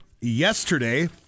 yesterday